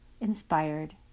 inspired